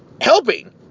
helping